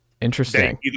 Interesting